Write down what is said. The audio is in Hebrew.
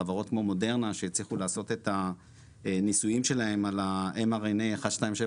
חברות כמו מודרנה שהצליחו לעשות את הניסויים שלהם על ה-mRNA 1273,